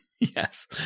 yes